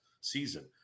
season